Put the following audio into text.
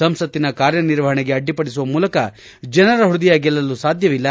ಸಂಸತ್ತಿನ ಕಾರ್ಯನಿರ್ವಹಣೆಗೆ ಅಡ್ಡಿಪಡಿಸುವ ಮೂಲಕ ಜನರ ಹ್ಬದಯ ಗೆಲ್ಲಲು ಸಾಧ್ಯವಿಲ್ಲ